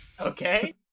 Okay